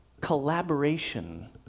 collaboration